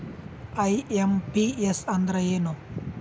IMPS ಅಂದ್ರ ಏನು?